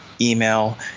email